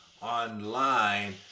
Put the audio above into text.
online